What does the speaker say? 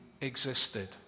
existed